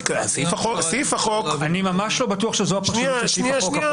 סעיף החוק --- אני ממש לא בטוח שזו הפרשנות לסעיף החוק,